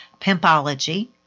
Pimpology